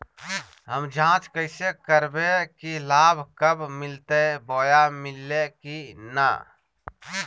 हम जांच कैसे करबे की लाभ कब मिलते बोया मिल्ले की न?